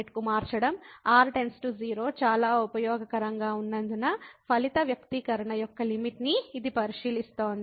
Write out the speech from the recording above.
r → 0 చాలా ఉపయోగకరంగా ఉన్నందున ఫలిత వ్యక్తీకరణ యొక్క లిమిట్ ని ఇది పరిశీలిస్తోంది